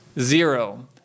Zero